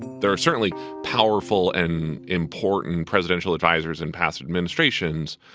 there are certainly powerful and important presidential advisers in past administrations.